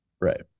right